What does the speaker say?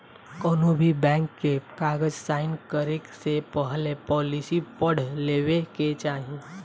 कौनोभी बैंक के कागज़ साइन करे से पहले पॉलिसी पढ़ लेवे के चाही